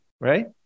right